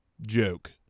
joke